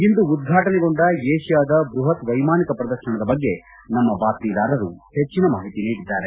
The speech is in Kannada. ಇಂದು ಉದ್ಘಾಟನೆಗೊಂಡ ಏಷಿಯಾದ ಬೃಹತ್ ವೈಮಾನಿಕ ಪ್ರದರ್ತನದ ಬಗ್ಗೆ ನಮ್ಮ ಬಾತ್ಮೀದಾರರು ಹೆಚ್ಚಿನ ಮಾಹಿತಿ ನೀಡಿದ್ದಾರೆ